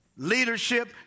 Leadership